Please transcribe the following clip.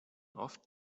oft